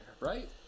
right